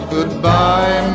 Goodbye